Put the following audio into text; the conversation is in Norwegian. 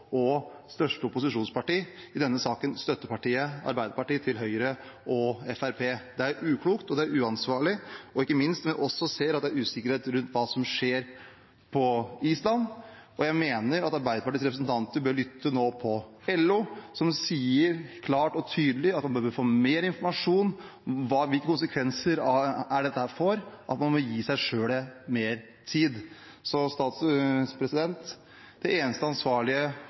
og det største opposisjonspartiet, Arbeiderpartiet, som i denne saken er støtteparti for Høyre og Fremskrittspartiet. Det er uklokt og uansvarlig, ikke minst når vi ser at det også er usikkerhet rundt hva som skjer på Island. Jeg mener at Arbeiderpartiets representanter nå bør lytte til LO, som klart og tydelig sier at man bør få mer informasjon om hvilke konsekvenser dette får, og at man må gi seg selv mer tid. Det eneste ansvarlige å gjøre for det